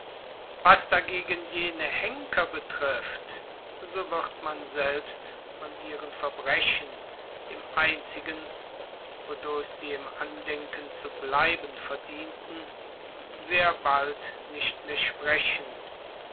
was dagegen jene henker betrifft so wird man selbst von ihren verbrechen dem einzigen wodurch sie im andenken zu bleiben verdienten sehr bald nicht mehr sprechen